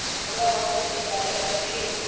हमरा मौसम के जानकारी कैसी मिली?